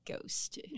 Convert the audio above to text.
ghost